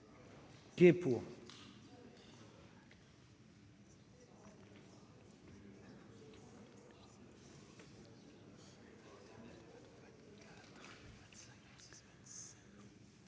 qui est plus